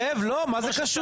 זאב, לא, מה זה קשור?